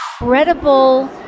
incredible